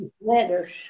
Letters